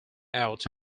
out